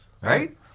right